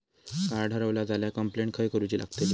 Card हरवला झाल्या complaint खय करूची लागतली?